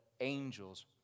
angels